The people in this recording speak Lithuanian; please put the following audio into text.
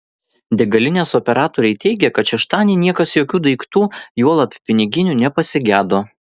degalinės operatoriai teigė kad šeštadienį niekas jokių daiktų juolab piniginių nepasigedo